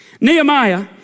Nehemiah